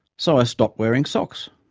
so i stopped wearing socks.